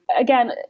again